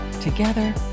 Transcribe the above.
Together